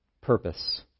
purpose